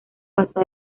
pasó